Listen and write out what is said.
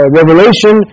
revelation